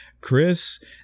Chris